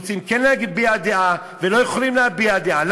וכן רוצים להביע דעה ולא יכולים להביע דעה?